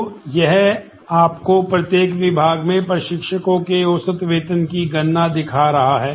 तो यह आपको प्रत्येक विभाग में प्रशिक्षकों के औसत वेतन की गणना दिखा रहा है